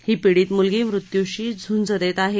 ही पीडित मुलगी मृत्यूशी झुंज देत आहे